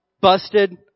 busted